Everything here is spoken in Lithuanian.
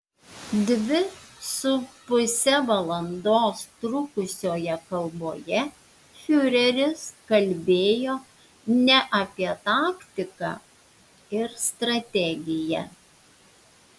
dvi su puse valandos trukusioje kalboje fiureris kalbėjo ne apie taktiką ir strategiją